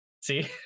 see